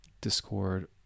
Discord